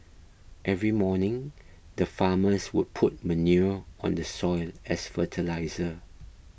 every morning the farmers would put manure on the soil as fertiliser